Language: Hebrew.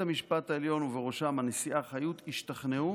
המשפט העליון ובראשם הנשיאה חיות השתכנעו